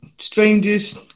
strangest